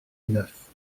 neuf